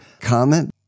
comment